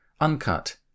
uncut